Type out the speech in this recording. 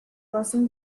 crossing